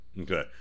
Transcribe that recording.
Okay